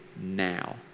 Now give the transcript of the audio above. now